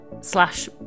slash